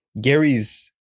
Gary's